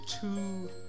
two